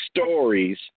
stories